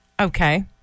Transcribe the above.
Okay